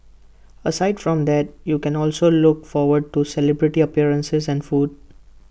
aside from that you can also look forward to celebrity appearances and food